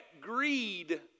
greed